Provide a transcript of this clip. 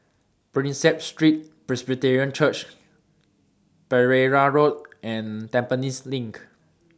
Prinsep Street Presbyterian Church Pereira Road and Tampines LINK